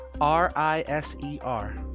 R-I-S-E-R